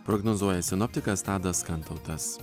prognozuoja sinoptikas tadas kantautas